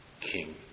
king